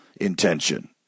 intention